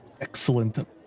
Excellent